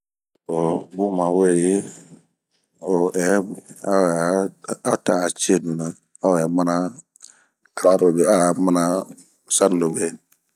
Oohh bun maweyi o ɛnh a ota bɛ cio nina ao bɛ mana ararobe ao bɛ mana sanirobe.